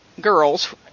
girls